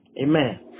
Amen